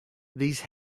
these